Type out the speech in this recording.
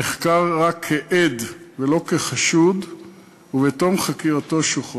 נחקר רק כעד ולא כחשוד ושוחרר בתום חקירתו.